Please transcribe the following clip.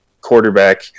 quarterback